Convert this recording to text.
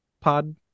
pod